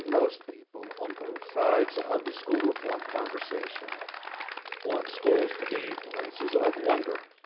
most people on both sides of the school reform conversation want schools to be places of wonder.